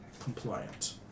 compliant